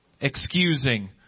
excusing